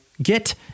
get